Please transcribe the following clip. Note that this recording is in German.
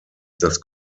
das